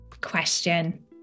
question